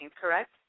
correct